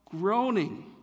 groaning